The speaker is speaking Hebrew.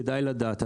כדאי לדעת,